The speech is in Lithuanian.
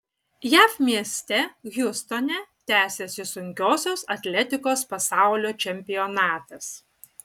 jav mieste hjustone tęsiasi sunkiosios atletikos pasaulio čempionatas